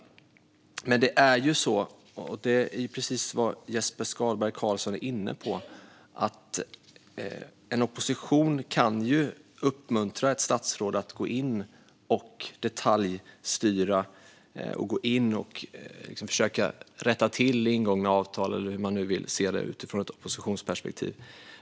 Gotland ska vara tre timmar och inte fem timmar bort. Precis som Jesper Skalberg Karlsson är inne på kan ju en opposition uppmuntra ett statsråd att gå in och detaljstyra och försöka att rätta till ingångna avtal, eller hur man nu vill se det utifrån ett oppositionsperspektiv.